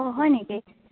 অঁ হয় নেকি